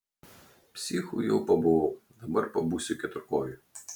psichu jau pabuvau dabar pabūsiu keturkoju